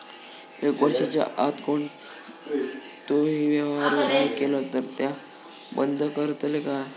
एक वर्षाच्या आत कोणतोही व्यवहार नाय केलो तर ता बंद करतले काय?